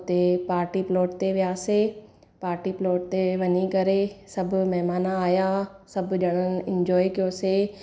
हुते party plot ते वियासीं पार्टी प्लॉट ते वञी करे सभु महिमान आया सभु ॼणनि इन्जॉय कयोसीं